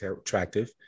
attractive